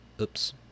Oops